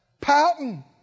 pouting